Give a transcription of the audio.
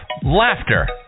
laughter